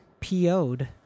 po'd